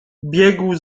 biegł